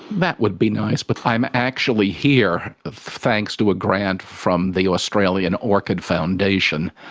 that would be nice but i'm actually here thanks to a grant from the australian orchid foundation,